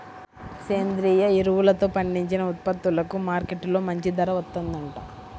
సేంద్రియ ఎరువులతో పండించిన ఉత్పత్తులకు మార్కెట్టులో మంచి ధర వత్తందంట